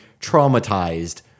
traumatized